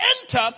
enter